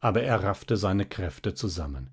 aber er raffte seine kräfte zusammen